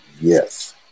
Yes